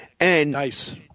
Nice